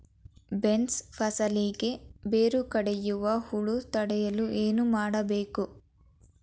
Beans ಫಸಲಿಗೆ ಬೇರು ಕಡಿಯುವ ಹುಳು ತಡೆಯಲು ಏನು ಮಾಡಬೇಕು?